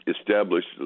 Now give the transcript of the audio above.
established